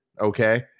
okay